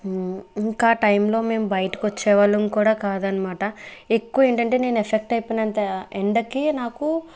ఇంకా టైమ్లో మేం బయటికొచ్చేవాళ్ళం కూడా కాదన్మాట ఎక్కువేంటంటే నేను ఎఫెక్ట్ అయిపోయినంత ఎండకి నాకు